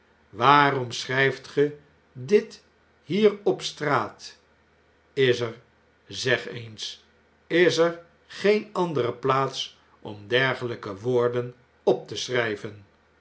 waarom schrjjft ge dit bier op straat is er zeg eens is er geen andere plaats om dergelpe woorden op te schrjjven